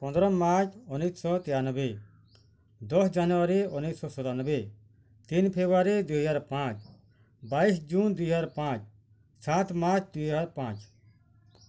ପନ୍ଦର ମାର୍ଚ୍ଚ ଉନେଇଶି ଶହ ତେୟାନବେ ଦଶ ଜାନୁଆରୀ ଉନେଇଶି ଶହ ସତାନବେ ତିନି ଫେବୃୟାରୀ ଦୁଇ ହଜାର ପାଞ୍ଚ ବାଇଶ୍ ଜୁନ ଦୁଇ ହଜାର ପାଞ୍ଚ ସାତ ମାର୍ଚ୍ଚ ଦୁଇ ହଜାର ପାଞ୍ଚ